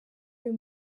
uyu